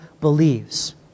believes